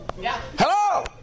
Hello